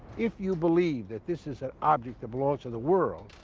if you believe that this is an object that belongs to the world,